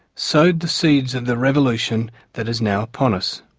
sowed the seeds of the revolution that is now upon us.